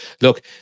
look